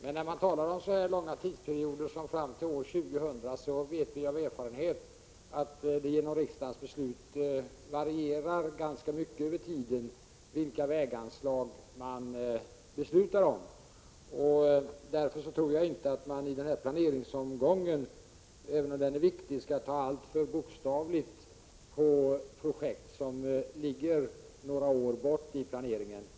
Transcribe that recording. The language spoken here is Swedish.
Men vi vet av erfarenhet att när man har så långa tidsperioder som fram till år 2000, varierar väganslagen ganska mycket över tiden beroende på vad riksdagen beslutar om. Därför tror jag inte att man i denna planeringsomgång, även om den är viktig, skall ta alltför bokstavligt på projekt som ligger några år fram i planeringen.